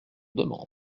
demandes